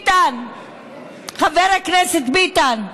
חבר הכנסת ביטן,